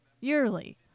yearly